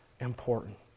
important